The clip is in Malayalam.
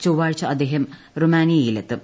ചൊവ്വാഴ്ച അദ്ദേഹം റൊമാനിയയിൽ എത്തും